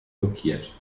blockiert